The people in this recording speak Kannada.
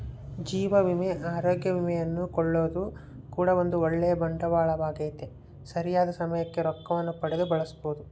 ಜೀವ ವಿಮೆ, ಅರೋಗ್ಯ ವಿಮೆಯನ್ನು ಕೊಳ್ಳೊದು ಕೂಡ ಒಂದು ಓಳ್ಳೆ ಬಂಡವಾಳವಾಗೆತೆ, ಸರಿಯಾದ ಸಮಯಕ್ಕೆ ರೊಕ್ಕವನ್ನು ಪಡೆದು ಬಳಸಬೊದು